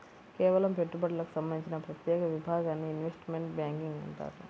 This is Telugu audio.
కేవలం పెట్టుబడులకు సంబంధించిన ప్రత్యేక విభాగాన్ని ఇన్వెస్ట్మెంట్ బ్యేంకింగ్ అంటారు